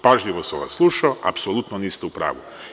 Pažljivo sam vas slušao, apsolutno niste u pravu.